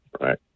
Right